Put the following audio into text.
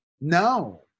no